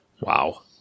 Wow